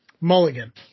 Mulligan